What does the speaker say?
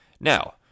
Now